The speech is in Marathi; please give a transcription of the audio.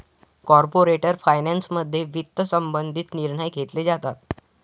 कॉर्पोरेट फायनान्समध्ये वित्त संबंधित निर्णय घेतले जातात